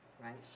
right